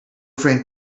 framed